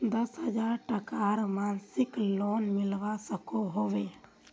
दस हजार टकार मासिक लोन मिलवा सकोहो होबे?